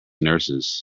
nurses